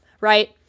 right